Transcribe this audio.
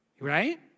right